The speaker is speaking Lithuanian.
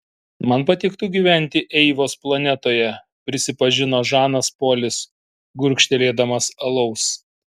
man patiktų gyventi eivos planetoje prisipažino žanas polis gurkštelėdamas alaus